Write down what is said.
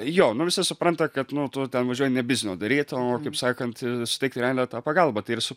jo nu visi supranta kad nu tu ten važiuoji ne biznio daryt o kaip sakant suteikti realią tą pagalbą tai ir su